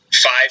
five